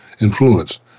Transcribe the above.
influence